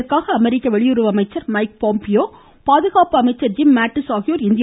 இதற்காக அமெரிக்க வெளியுறவு அமைச்சர் மைக் பாம்பியோ பாதுகாப்பு அமைச்சர் ஜிம் மேட்டிஸ் ஆகியோர் இந்தியா வருகின்றனர்